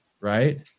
right